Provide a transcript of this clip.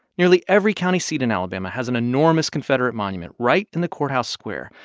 nearly every county seat in alabama has an enormous confederate monument right in the courthouse square.